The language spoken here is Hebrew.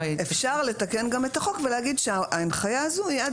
אפשר לתקן גם את החוק ולהגיד שההנחיה הזו היא עד